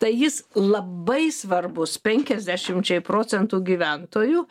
tai jis labai svarbus penkiasdešimčiai procentų gyventojų